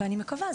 ואני מקווה,